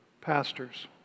Pastors